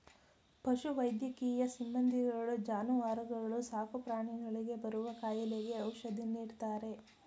ಪಶು ವೈದ್ಯಕೀಯ ಸಿಬ್ಬಂದಿಗಳು ಜಾನುವಾರುಗಳು ಸಾಕುಪ್ರಾಣಿಗಳಿಗೆ ಬರುವ ಕಾಯಿಲೆಗೆ ಔಷಧಿ ನೀಡ್ತಾರೆ